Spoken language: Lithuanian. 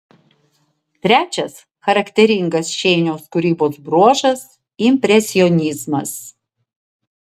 trečias charakteringas šeiniaus kūrybos bruožas impresionizmas